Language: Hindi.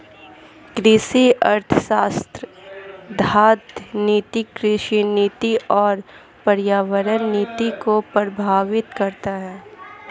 कृषि अर्थशास्त्र खाद्य नीति, कृषि नीति और पर्यावरण नीति को प्रभावित करता है